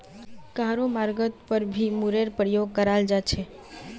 कहारो मर्गत पर भी मूरीर प्रयोग कराल जा छे